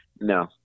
No